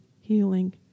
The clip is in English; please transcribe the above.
healing